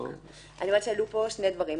אני אומרת שעלו פה שני דברים.